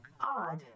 odd